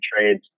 trades